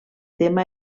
tema